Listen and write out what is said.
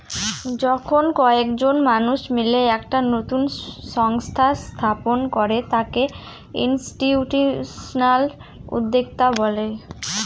যখন কয়েকজন মানুষ মিলে একটা নতুন সংস্থা স্থাপন করে তাকে ইনস্টিটিউশনাল উদ্যোক্তা বলে